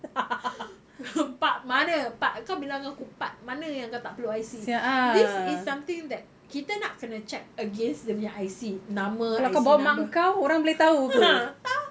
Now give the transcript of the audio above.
part mana part kau bilang aku part mana yang kau tak perlu I_C this is something that kita nak kena check against dia punya I_C nama I_C number ah entah